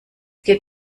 geht